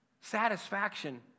Satisfaction